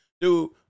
dude